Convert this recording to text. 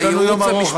יש לנו יום ארוך,